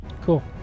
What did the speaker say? Cool